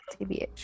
TBH